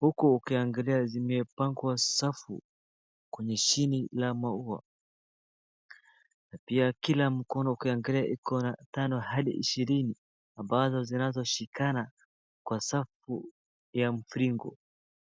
huku ukiangalia zimepangwa safu kwneye chuni ya maua na pia mgomba ukiangalia iko na tano hadi ishirini ambazo zinazoshikana kwa safu ya mviringo.